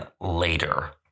later